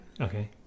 Okay